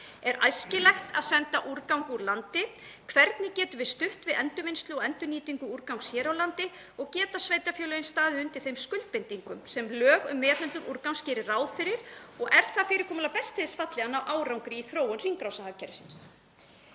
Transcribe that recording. Er æskilegt að senda úrgang úr landi? Hvernig getum við stutt við endurvinnslu og endurnýtingu úrgangs hér á landi? Geta sveitarfélögin staðið undir þeim skuldbindingum sem lög um meðhöndlun úrgangs gera ráð fyrir og er það fyrirkomulag best til þess fallið að ná árangri í þróun hringrásarhagkerfisins?